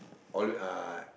all uh